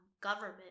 government